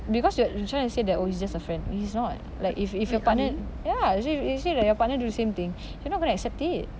because you are you trying to say that oh he's just a friend which is not like if if your partner ya you say that your partner do the same thing you're not gonna accept it